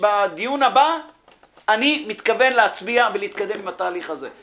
ובדיון הבא אני מתכוון להצביע ולהתקדם עם התהליך הזה.